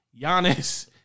Giannis